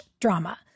drama